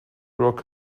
rock